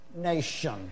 nation